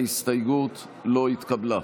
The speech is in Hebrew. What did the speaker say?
ההסתייגות לא התקבלה.